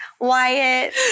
Wyatt